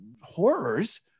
horrors